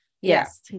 Yes